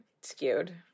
skewed